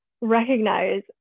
recognize